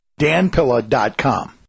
danpilla.com